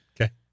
Okay